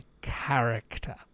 character